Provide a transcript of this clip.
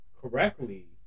correctly